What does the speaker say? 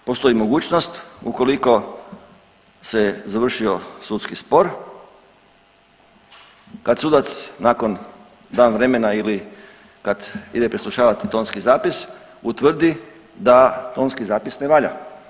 Postoji mogućnost ukoliko se završio sudski spor, kad sudac nakon dan vremena ili kad ide preslušavati tonski zapis utvrdi da tonski zapis ne valja.